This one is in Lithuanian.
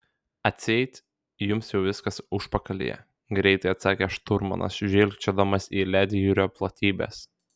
atseit jums jau viskas užpakalyje greitai atsakė šturmanas žvilgčiodamas į ledjūrio platybes